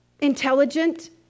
intelligent